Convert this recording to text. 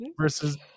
versus